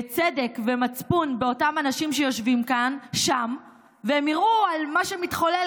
צדק ומצפון באותם אנשים שיושבים שם והם יראו את מה שמתחולל